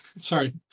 Sorry